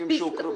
הסעיפים שהוקראו?